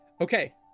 Okay